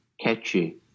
catchy